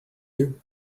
you